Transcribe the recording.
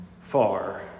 far